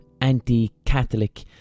anti-Catholic